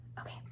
Okay